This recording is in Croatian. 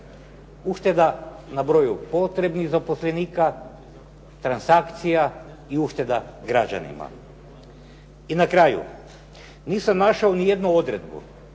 ušteda na broju potrebnih zaposlenika, transakcija i ušteda građanima. I na kraju, nisam našao niti jednu odredbu